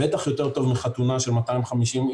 בטח יותר טוב מחתונה של 250 איש,